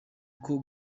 uko